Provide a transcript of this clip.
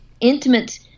intimate